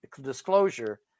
disclosure